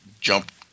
jump